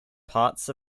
parts